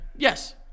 Yes